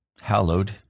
hallowed